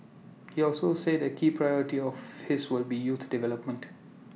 he also said A key priority of his will be youth development